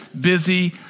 busy